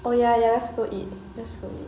oh ya ya let's go eat let's go